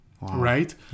right